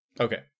Okay